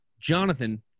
Jonathan